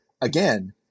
again